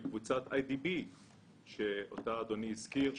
לקבוצת אי די בי שאותה אדוני הזכיר,